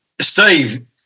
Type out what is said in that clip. Steve